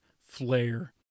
flare